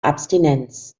abstinenz